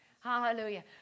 Hallelujah